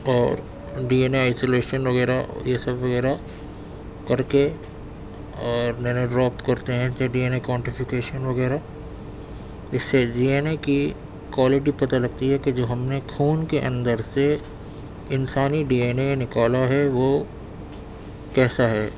اور D N A isolation وغیرہ یہ سب وغیرہ کر کے اور نینو ڈراپ کرتے ہیں کہ ڈی این اے کونٹیفیکیشن وغیرہ اس سے ڈی این اے کی کوالیٹی پتہ لگتی ہے کہ جو ہم نے خون کے اندر سے انسانی ڈی این اے نکالا ہے وہ کیسا ہے